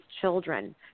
children